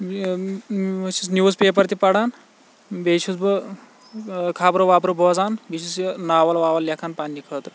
بہٕ چھُس newspaper تہِ پَران بیٚیہ چھُس بہٕ خَبرٕ وَبرٕ بوزان بیٚیہ چھُس یہِ ناوَل واوَل لَکھان پَننہِ خٲطرٕ